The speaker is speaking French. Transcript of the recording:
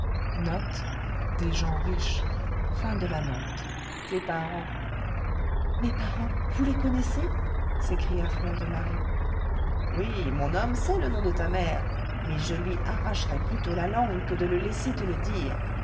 tes parents mes parents vous les connaissez s'écria fleur de marie oui mon homme sait le nom de ta mère mais je lui arracherai plutôt la langue que de le laisser te le dire